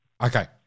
Okay